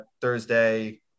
Thursday